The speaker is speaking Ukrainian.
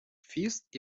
фіст